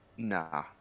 Nah